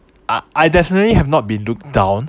I I definitely have not been looked down